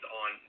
on